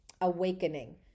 Awakening